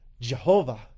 Jehovah